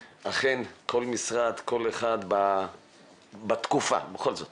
אכן, כל משרד, כל אחד בתקופה, בכל זאת